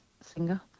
singer